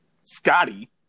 Scotty